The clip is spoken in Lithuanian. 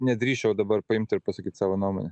nedrįsčiau dabar paimt ir pasakyt savo nuomonę